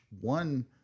one